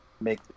make